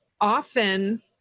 often